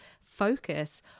focus